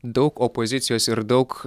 daug opozicijos ir daug